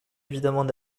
évidemment